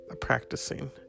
practicing